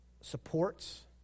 supports